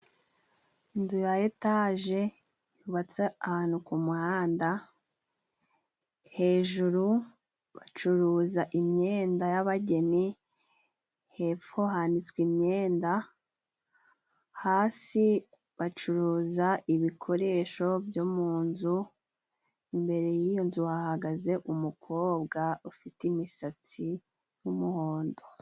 Inzu ya etaje yubatse ahantu ku muhanda, hejuru bacuruza imyenda yabageni, hepfo hanitswe imyenda, hasi bacuruza ibikoresho byo mu nzu, imbere y'iyo nzu hahagaze umukobwa ufite imisatsi y'umuhondo.